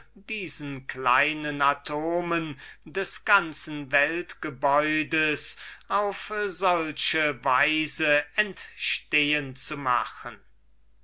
diesen kleinen atomen des ganzen weltalls auf solche weise entstehen zu machen